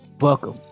Welcome